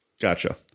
Gotcha